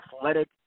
athletic